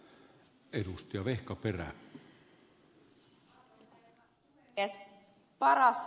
arvoisa herra puhemies